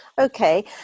okay